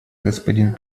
господин